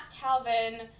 Calvin